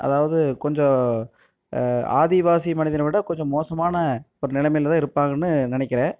அதாவது கொஞ்சம் ஆதிவாசி மனிதனை விட கொஞ்சம் மோசமான ஒரு நிலைமையில் தான் இருப்பாங்கன்னு நினைக்கிறேன்